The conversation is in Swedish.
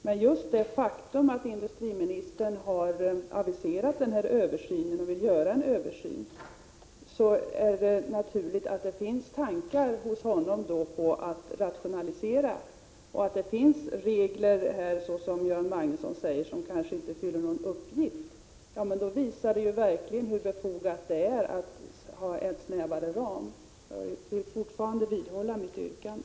Men just det faktum att industriministern har aviserat en översyn tyder på att han anser att det är naturligt att rationalisera och att det kanske finns regler, som Göran Magnusson säger, som inte fyller någon uppgift. Det visar verkligen hur befogat det är med en snävare ram. Jag vidhåller mitt yrkande.